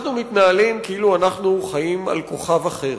אנחנו מתנהלים כאילו אנחנו חיים על כוכב אחר